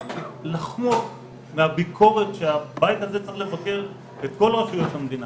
לחמוק מהביקורת שהבית הזה צריך לבקר את כל רשויות המדינה